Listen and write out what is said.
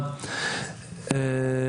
תודה